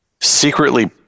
secretly